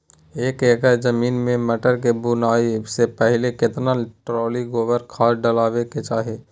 एक एकर जमीन में मटर के बुआई स पहिले केतना ट्रॉली गोबर खाद डालबै के चाही?